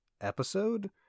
episode